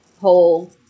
whole